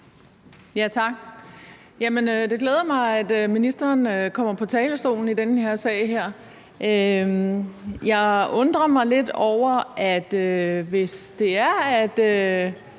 Tak. Det glæder mig, at ministeren kommer på talerstolen i den her sag. Jeg undrer mig lidt over noget. Hvis det er, at